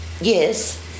yes